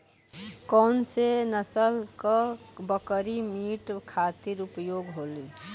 कौन से नसल क बकरी मीट खातिर उपयोग होली?